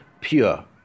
pure